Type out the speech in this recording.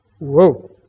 whoa